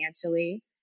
financially